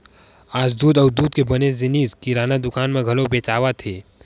आज दूद अउ दूद के बने जिनिस किराना दुकान म घलो बेचावत हे